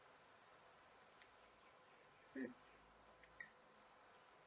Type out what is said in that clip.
mm